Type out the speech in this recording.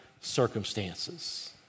circumstances